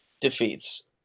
defeats